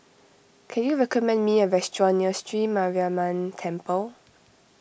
can you recommend me a restaurant near Sri Mariamman Temple